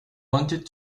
wanted